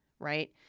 right